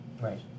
Right